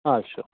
sure